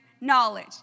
knowledge